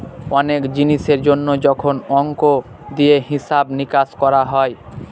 অনেক জিনিসের জন্য যখন অংক দিয়ে হিসাব নিকাশ করা হয়